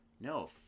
no